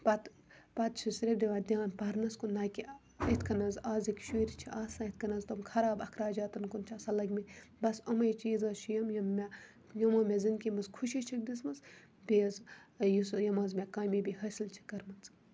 پَتہٕ پَتہٕ چھِ صرف دِوان دیان پَرنَس کُن نہَ کہِ یِتھ کنۍ حظ آزٕکۍ شُرۍ چھِ آسان تُم خَراب اَخراجاتَن کُن چھِ آسان لٔگمٕتۍ تٕمے چیٖز حظ چھِ یِم مےٚ یِمو مےٚ زنٛدگی مَنٛز خوشی چھِکھ دِژمٕژ بیٚیہِ حظ یُس یِم حظ مےٚ کامیٲبی حٲصل چھِ کٔرمٕژ